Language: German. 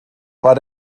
war